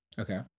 okay